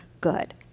good